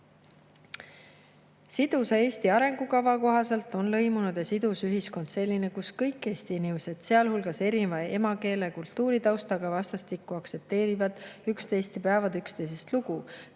Sidusa Eesti arengukava kohaselt on lõimunud ja sidus ühiskond selline, kus kõik Eesti inimesed, sealhulgas erineva emakeele ja kultuuritaustaga, üksteist vastastikku aktsepteerivad ja peavad